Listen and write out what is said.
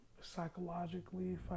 psychologically